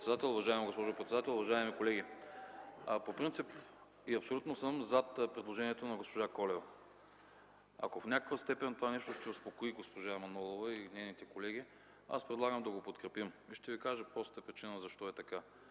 АНАСТАС АНАСТАСОВ: Уважаема госпожо председател, уважаеми колеги! По принцип и абсолютно съм зад предложението на госпожа Колева. Ако в някаква степен това нещо ще успокои госпожа Манолова и нейните колеги, предлагам да го подкрепим. Ще ви кажа простата причина защо е така.